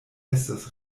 estas